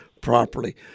properly